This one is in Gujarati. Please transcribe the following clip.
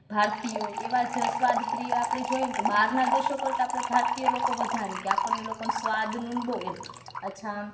ભારતીઓ એવા જ સ્વાદપ્રિય આપણે જોઈએને તો બહારના દેશો કરતાં આપણે ભારતીય લોકો વધારે કે આપણને લોકોને સ્વાદનું બહુ એમ અચ્છા